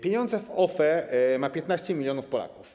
Pieniądze w OFE ma 15 mln Polaków.